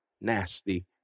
nasty